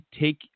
take